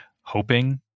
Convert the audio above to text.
hoping